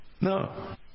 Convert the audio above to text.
No